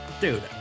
Dude